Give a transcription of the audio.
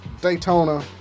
Daytona